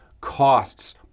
costs